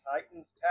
Titan's